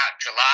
July